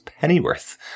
Pennyworth